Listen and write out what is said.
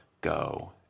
go